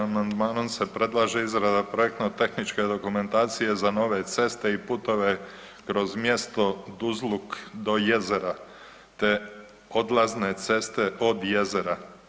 Amandmanom se predlaže izrada projektno tehničke dokumentacije za nove ceste i putove kroz mjesto Duzluk do jezera, te odlazne ceste od jezera.